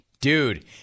Dude